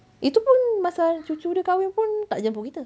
itu pun masa cucu dia kahwin pun tak jemput kita